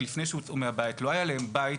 ולפני שהוצאו מהבית לא היה להם בית